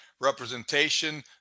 representation